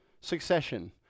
succession